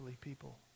people